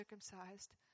circumcised